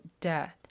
death